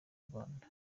rwanda